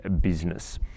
business